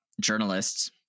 journalists